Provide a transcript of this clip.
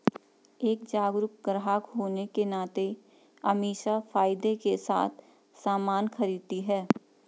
एक जागरूक ग्राहक होने के नाते अमीषा फायदे के साथ सामान खरीदती है